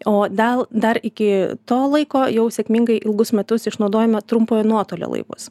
o dal dar iki to laiko jau sėkmingai ilgus metus išnaudojome trumpojo nuotolio laivus